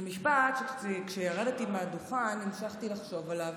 זה משפט שכשירדתי מהדוכן המשכתי לחשוב עליו,